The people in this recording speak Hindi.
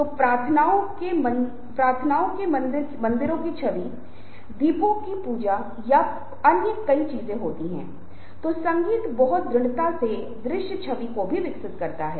इसलिए यह बहुत महत्वपूर्ण है और एक बार जब यह बात खत्म हो जाती है तो हम सुनने से लेकर बोलने तक की ओर बढ़ जाते हैं